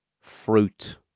fruit